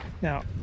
Now